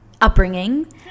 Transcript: upbringing